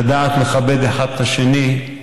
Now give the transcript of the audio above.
לדעת לכבד אחד את השני.